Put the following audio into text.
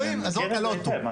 אני מכיר את זה היטב.